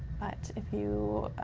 but if you